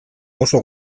oso